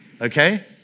Okay